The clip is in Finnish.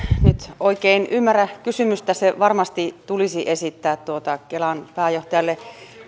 nyt oikein ymmärrä kysymystä se varmasti tulisi esittää kelan pääjohtajalle